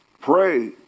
pray